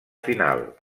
final